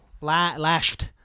Lashed